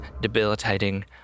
debilitating